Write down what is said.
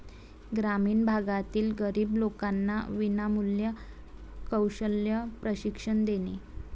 ग्रामीण भागातील गरीब लोकांना विनामूल्य कौशल्य प्रशिक्षण देणे